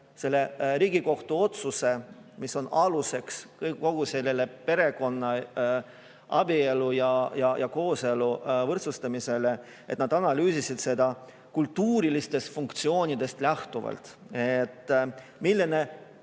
seda Riigikohtu otsust, mis on aluseks kogu sellele abielu ja kooselu võrdsustamisele. Nad analüüsisid seda kultuurilistest funktsioonidest lähtuvalt, et milline